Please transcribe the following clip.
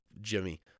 Jimmy